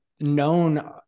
known